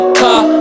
car